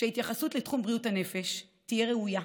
שההתייחסות לתחום בריאות הנפש תהיה ראויה,